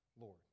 Lord